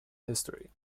history